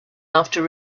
after